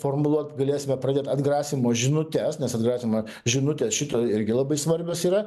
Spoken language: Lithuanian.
formuluot galėsime pradėt atgrasymo žinutes nes atgrasymo žinutės šitoj irgi labai svarbios yra